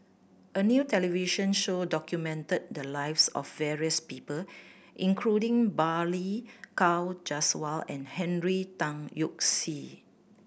a new television show documented the lives of various people including Balli Kaur Jaswal and Henry Tan Yoke See